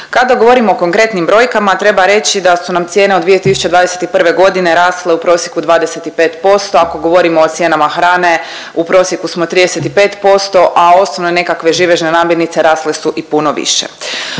Kada govorimo o konkretnim brojkama treba reći da su nam cijene od 2021.g. rasle u prosjeku 25%, a ako govorimo o cijenama hrane u prosjeku smo 35%, a osnovne nekakve živežne namirnice rasle su i puno više.